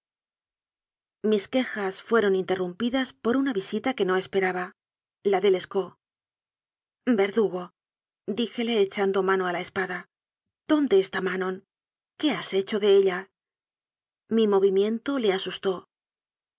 mis quejas fueron interrumpidas por una visita que no esperaba la de lescaut verdugo dijele echando mano a la espada dónde está ma non qué has hecho de ella mi movimiento je asustó